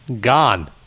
Gone